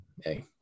hey